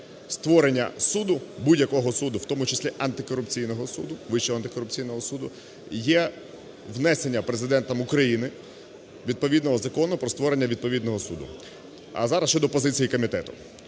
створення суду, будь-якого суду, в тому числі антикорупційного суду, Вищого антикорупційного суду є внесення Президентом України відповідного Закону про створення відповідного суду. А зараз щодо позиції комітету,